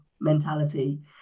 mentality